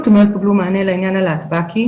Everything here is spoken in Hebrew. - הם לא יקבלו מענה לעניין הלהטב"קי,